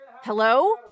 Hello